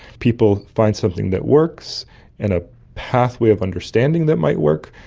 people find something that works and a pathway of understanding that might work,